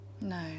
no